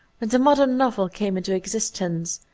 when xhe modem novel came into existence.